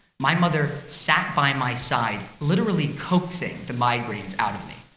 my mother sat by my side, literally coaxing the migraines out of me.